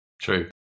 True